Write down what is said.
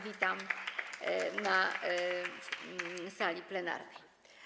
Witam na sali plenarnej.